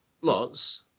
Lots